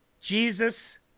Jesus